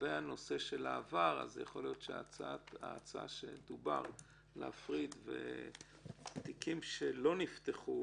לגבי הנושא של העבר אולי ההצעה שדובר עליה להפריד תיקים שלא נפתחו